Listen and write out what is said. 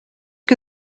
que